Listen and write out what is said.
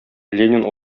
ленин